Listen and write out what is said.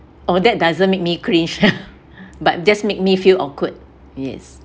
or that doesn't make me cringe but that's make me feel awkward yes